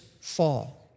fall